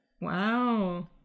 Wow